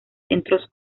centros